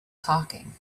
talking